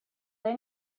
they